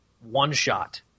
one-shot